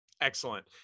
Excellent